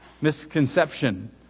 Misconception